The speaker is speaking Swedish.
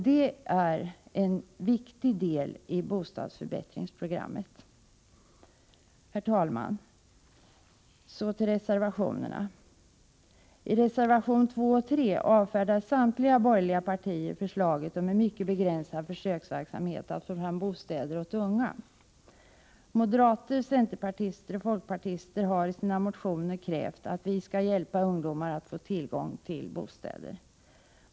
Det är en viktig del av bostadsförbättringsprogrammet. Herr talman! Så till reservationerna. I reservationerna 2 och 3 avfärdar samtliga borgerliga partier förslaget om en mycket begränsad försöksverksamhet för att få fram bostäder åt unga. Moderater, centerpartister och folkpartister har i sina motioner krävt att vi skall hjälpa ungdomar att få tillgång till bostäder.